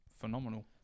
phenomenal